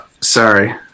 sorry